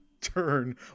turn